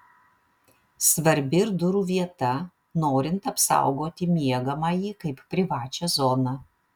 svarbi ir durų vieta norint apsaugoti miegamąjį kaip privačią zoną